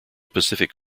pacific